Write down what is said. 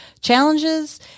Challenges